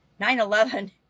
9-11